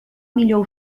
millor